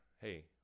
hey